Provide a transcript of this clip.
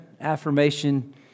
affirmation